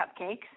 cupcakes